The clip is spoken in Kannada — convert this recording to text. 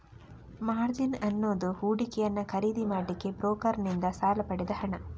ಮಾರ್ಜಿನ್ ಅನ್ನುದು ಹೂಡಿಕೆಯನ್ನ ಖರೀದಿ ಮಾಡ್ಲಿಕ್ಕೆ ಬ್ರೋಕರನ್ನಿಂದ ಸಾಲ ಪಡೆದ ಹಣ